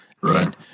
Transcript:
Right